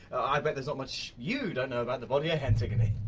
i bet there's not much you don't know about the body, ah antigone?